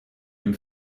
dem